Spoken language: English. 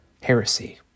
heresy